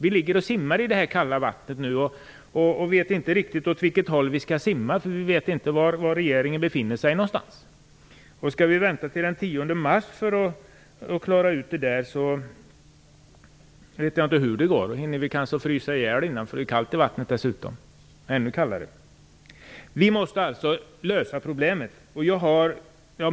Vi ligger och simmar i det kalla vattnet och vet inte riktigt åt vilket håll vi skall simma, för vi vet inte var regeringen befinner sig någonstans. Skall vi vänta till den 10 mars för att klara ut frågan så vet jag inte hur det går - då hinner vi kanske frysa ihjäl innan, eftersom det dessutom är kallt i vattnet. Vi måste alltså lösa problemet.